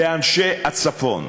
לאנשי הצפון.